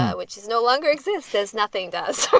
which is no longer exists, says nothing does